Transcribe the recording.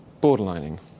Borderlining